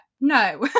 no